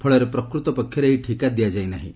ଫଳରେ ପ୍ରକୃତ ପକ୍ଷରେ ଏହି ଠିକା ଦିଆଯାଇ ନାହିଁ